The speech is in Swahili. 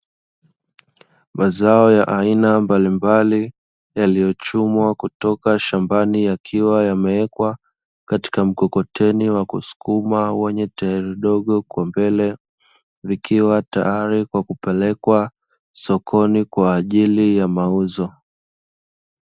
Mazao ya aina mbalimbali yaliyochumwa kutoka shambani, yakiwa yamewekwa katika mkokoteni wa kusukuma wenye tairi dogo kwa mbele, vikiwa tayari kwa kupelekwa sokoni kwa ajili ya mauzo.